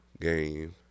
game